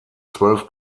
zwölf